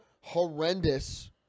horrendous